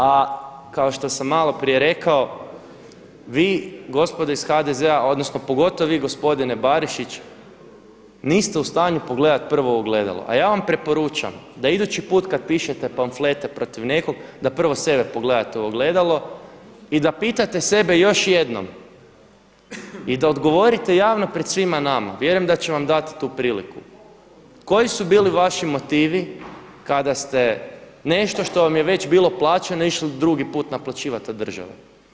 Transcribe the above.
A kao što sam malo prije rekao vi gospodo iz HDZ-a odnosno pogotovo vi gospodine Barišić niste u stanju pogledati prvo u ogledalo, a ja vam preporučam da idući put kada pišete pamflete protiv nekog da prvo sebe pogledate u ogledalo i da pitate sebe još jednom i da odgovorite javno pred svima nama, vjerujem da će vam dati tu priliku koji su bili vaši motivi kada ste nešto što vam je već bilo plaćeno išlo drugi put naplaćivati od države.